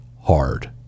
hard